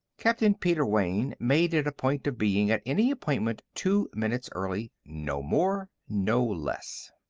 captain peter wayne made it a point of being at any appointment two minutes early no more, no less.